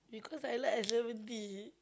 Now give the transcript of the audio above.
because I like iced lemon tea